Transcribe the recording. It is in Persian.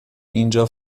اینجا